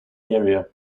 area